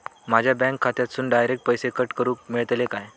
माझ्या बँक खात्यासून डायरेक्ट पैसे कट करूक मेलतले काय?